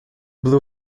blue